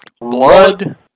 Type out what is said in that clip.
blood